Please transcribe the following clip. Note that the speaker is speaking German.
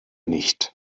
nicht